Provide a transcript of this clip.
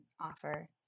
offer